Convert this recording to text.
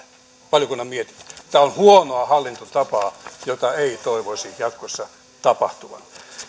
valiokunnan mietintö tämä on huonoa hallintotapaa jota ei toivoisi jatkossa tapahtuvan